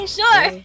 sure